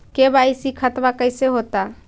KYC खतबा कैसे होता?